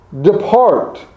Depart